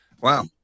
wow